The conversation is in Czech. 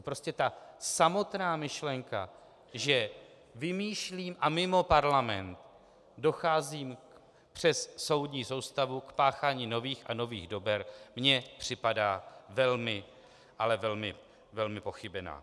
Prostě ta samotná myšlenka, že vymýšlí a mimo Parlament dochází přes soudní soustavu k páchání nových a nových dober, mi připadá velmi, ale velmi pochybená.